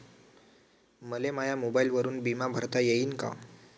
मले माया मोबाईलवरून बिमा भरता येईन का?